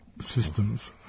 systems